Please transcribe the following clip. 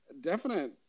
definite